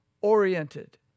oriented